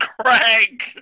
Craig